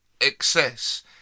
excess